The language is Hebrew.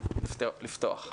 כדי לפתוח.